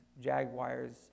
jaguars